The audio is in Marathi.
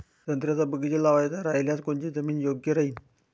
संत्र्याचा बगीचा लावायचा रायल्यास कोनची जमीन योग्य राहीन?